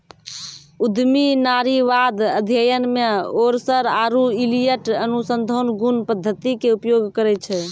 उद्यमी नारीवाद अध्ययन मे ओरसर आरु इलियट अनुसंधान गुण पद्धति के उपयोग करै छै